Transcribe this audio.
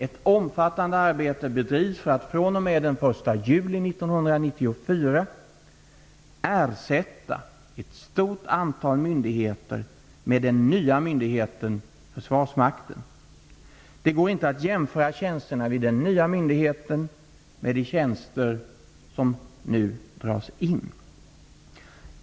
Ett omfattande arbete bedrivs för att fr.o.m. den 1 juli 1994 ersätta ett stort antal myndigheter med den nya myndigheten Försvarsmakten. Det går inte att jämföra tjänsterna vid den nya myndigheten med de tjänster som dras in.